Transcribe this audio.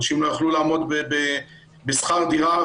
אנשים לא יכלו לעמוד בשכר דירה.